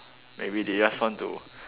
maybe they just want to